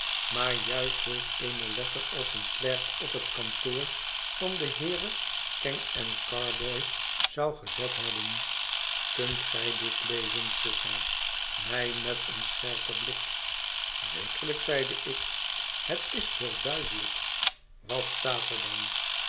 maar juist zulk eene letter als een klerk op het kantooi van de heeren kenge en carboy zou gezot hebben kunt gij dit lezen vroeg hij mij met een scherpen blik zekerlijk seide ik het is heel duidelijk wat staat daar dan